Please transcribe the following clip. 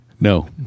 No